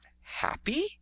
happy